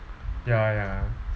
ya ya